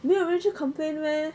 没有人去 complaint meh